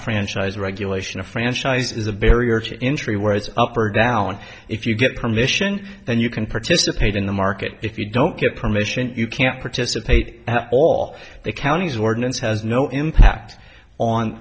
franchise regulation a franchise is a barrier to entry whereas up or down if you get permission and you can participate in the market if you don't get permission you can't participate at all the county's ordinance has no impact on